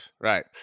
right